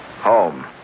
Home